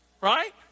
Right